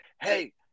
hey